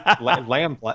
lamb